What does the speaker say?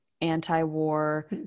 anti-war